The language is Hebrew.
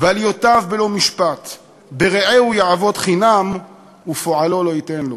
ועליותיו בלא משפט ברעהו יעבֹד חִנם ופֹעלו לא יִתן לו".